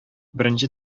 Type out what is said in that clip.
беренче